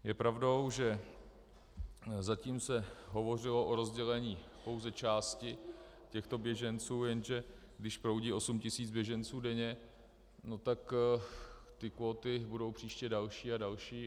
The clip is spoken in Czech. Je pravdou, že zatím se hovořilo o rozdělení pouze části těchto běženců, jenže když proudí osm tisíc běženců denně, tak ty kvóty budou příště další a další.